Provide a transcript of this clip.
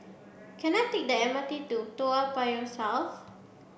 can I take the M R T to Toa Payoh South